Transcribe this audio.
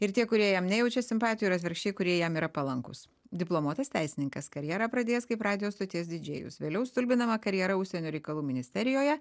ir tie kurie jam nejaučia simpatijų ir atvirkščiai kurie jam yra palankūs diplomuotas teisininkas karjerą pradėjęs kaip radijo stoties didžėjus vėliau stulbinamą karjerą užsienio reikalų ministerijoje